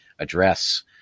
Address